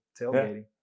tailgating